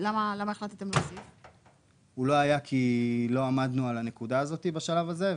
הוא לא היה כי לא עמדנו על הנקודה הזאת בשלב הזה.